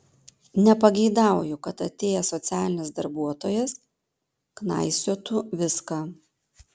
nepageidauju kad atėjęs socialinis darbuotojas knaisiotų viską